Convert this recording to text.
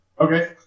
Okay